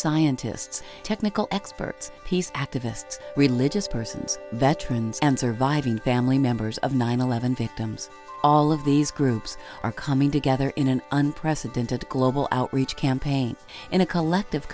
scientists technical experts peace activists religious persons veterans and surviving family members of nine eleven victims all of these groups are coming together in an unprecedented global outreach campaign in a collective